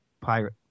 pirate